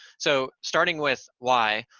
so, starting with why,